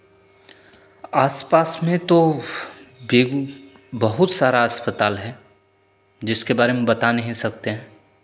आस पास में तो बहुत सारा अस्पताल है जिसके बारे में बता नहीं सकते हैं